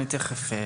אני תכף אתייחס.